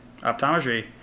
optometry